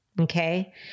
Okay